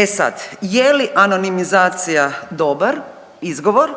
E sad, je li anonimizacija dobar izgovor